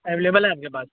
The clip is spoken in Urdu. اویلیبل ہے آپ کے پاس